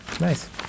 Nice